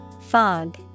Fog